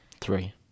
Three